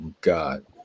god